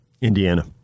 Indiana